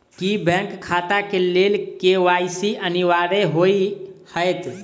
की bank खाता केँ लेल के.वाई.सी अनिवार्य होइ हएत?